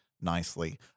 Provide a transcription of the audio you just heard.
nicely